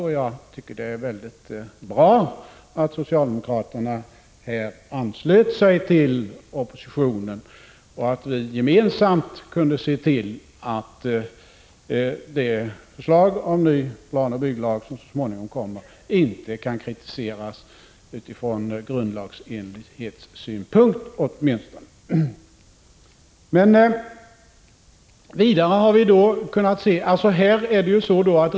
Det var mycket bra att 2 ÖN ; 4 SRA äcÅ dens tjänsteutövning socialdemokraterna i det fallet anslöt sig till oppositionen och att vi ör gemensamt kunde se till att det förslag om ny planoch bygglag som så småningom kommer inte kan kritiseras — åtminstone inte utifrån grundlags — Granskningsarbetets enlighetssynpunkt. inriktning, m.m.